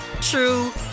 true